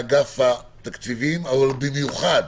לאגף התקציבים ובמיוחד